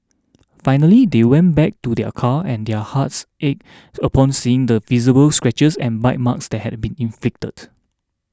finally they went back to their car and their hearts ached upon seeing the visible scratches and bite marks that had been inflicted